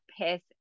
piss